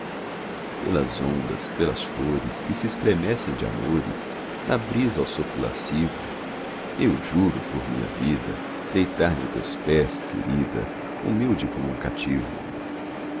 pelas ondas pelas flores que se estremecem de amores da brisa ao sopro lascivo eu juro por minha vida deitar-me a teus pés querida humilde como um cativo